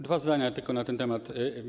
Dwa zdania tylko na ten temat.